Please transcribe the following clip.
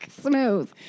Smooth